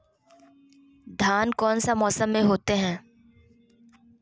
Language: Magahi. धान कौन सा मौसम में होते है?